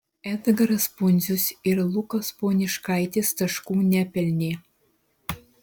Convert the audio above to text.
edgaras pundzius ir lukas poniškaitis taškų nepelnė